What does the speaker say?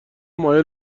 مایل